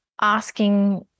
asking